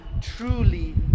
truly